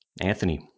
Anthony